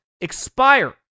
expire